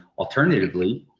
alternatively,